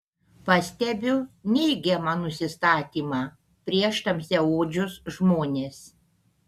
pastebiu neigiamą nusistatymą prieš tamsiaodžius žmones